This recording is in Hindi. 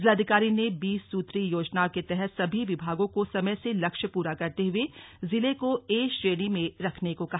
जिलाधिकारी ने बीस सूत्री योजनाओं के तहत सभी विभागों को समय से लक्ष्य पूरा करते हुए जिले को ए श्रेणी में रखने को कहा